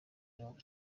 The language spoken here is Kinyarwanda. mirongo